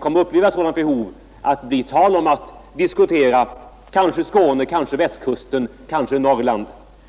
Får vi uppleva ett sådant behov, så kanske det blir tal om en förläggning till Skåne, till Västkusten eller till Norrland.